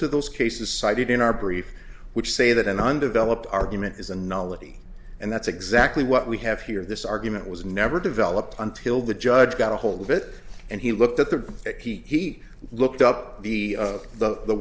to those cases cited in our brief which say that an undeveloped argument is a knowledge and that's exactly what we have here this argument was never developed until the judge got a hold of it and he looked at the he looked up the the the